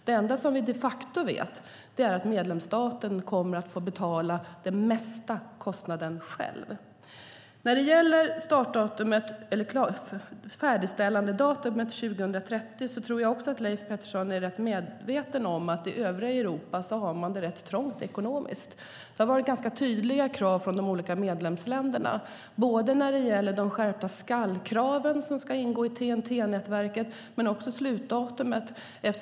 Det enda vi vet är att medlemsstaten kommer att få betala den största delen av kostnaden själv. När det gäller färdigställandedatumet 2030 vet nog också Leif Pettersson att man i övriga Europa har det ganska trångt ekonomiskt. Det har varit ganska tydliga krav från medlemsländerna både när det gäller de skärpta skall-krav som ska ingå i TEN-T-nätverket och slutdatumet.